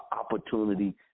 opportunity